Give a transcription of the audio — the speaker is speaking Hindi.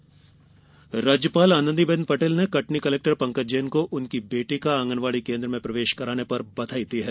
राज्यपाल राज्यपाल आनंदीबेन पटेल ने कटनी कलेक्टर पंकज जैन को बेटी का आंगनवाड़ी केंद्र में प्रवेश कराने पर बधाई दी है